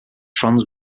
trans